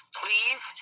please